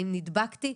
האם נדבקתי?